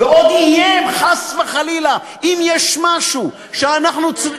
ועוד איים, חס וחלילה, אם יש משהו שאנחנו צריכים,